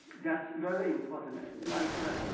that's very important. like ah